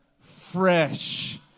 fresh